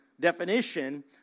Definition